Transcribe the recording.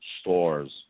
stores